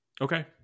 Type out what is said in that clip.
Okay